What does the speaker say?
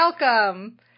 welcome